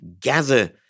gather